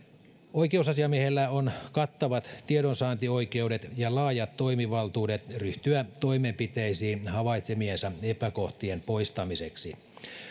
oikeusasiamiehellä on kattavat tiedonsaantioikeudet ja laajat toimivaltuudet ryhtyä toimenpiteisiin havaitsemiensa epäkohtien poistamiseksi